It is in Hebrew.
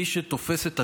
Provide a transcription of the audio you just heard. מי שתופס את השקר,